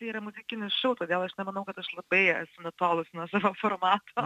tai yra muzikinis šou todėl aš nemanau kad aš labai nutolus nuo savo formato